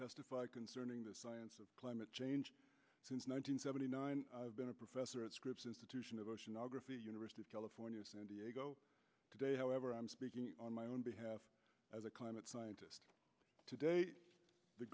testify concerning the science of climate change since nine hundred seventy nine i've been a professor at scripps institution of oceanography at university of california san diego today however i'm speaking on my own behalf as a climate scientist today the